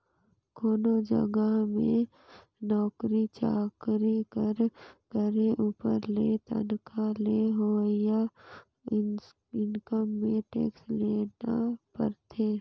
कोनो जगहा में नउकरी चाकरी कर करे उपर में तनखा ले होवइया इनकम में टेक्स देना परथे